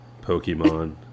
Pokemon